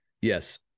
yes